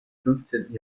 fünfzehnten